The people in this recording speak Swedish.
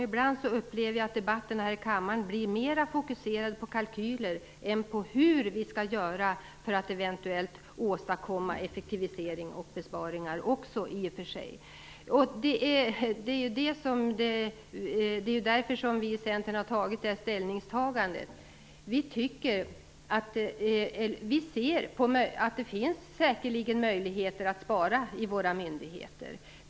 Ibland upplever jag att debatten här i kammaren blir mer fokuserad på kalkyler än på hur vi skall göra för att eventuellt åstadkomma effektivisering och även, i och för sig, besparingar. Därför har vi i Centern gjort det här ställningstagandet. Vi ser att det säkerligen finns möjligheter att spara i våra myndigheter.